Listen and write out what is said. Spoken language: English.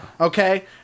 Okay